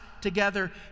together